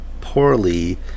poorly